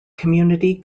community